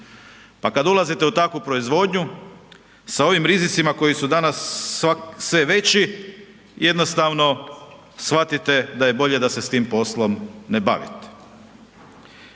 Pa kad ulazite u takvu proizvodnju sa ovim rizicima koji su danas sve veći jednostavno shvatite da je bolje da se s tim poslom ne bavite.